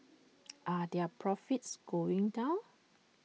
are their profits going down